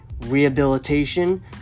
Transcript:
rehabilitation